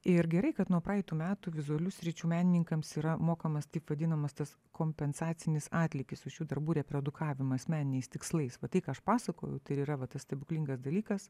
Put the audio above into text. ir gerai kad nuo praeitų metų vizualių sričių menininkams yra mokamas taip vadinamas tas kompensacinis atlygis už šių darbų reprodukavimą asmeniniais tikslais vat tai ką aš pasakoju tai ir yra va tas stebuklingas dalykas